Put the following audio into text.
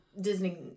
disney